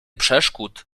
przeszkód